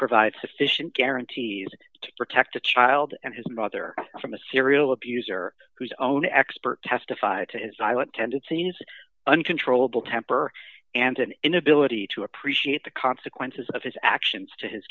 provide sufficient guarantees to protect a child and his mother from a serial abuser whose own expert testified to his island tendencies uncontrollable temper and an inability to appreciate the consequences of his actions to his